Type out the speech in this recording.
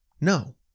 No